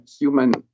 human